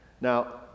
Now